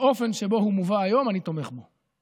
באופן שבו הוא מובא היום, אני תומך בו.